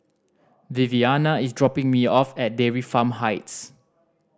the Viviana is dropping me off at Dairy Farm Heights